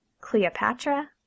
Cleopatra